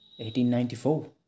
1894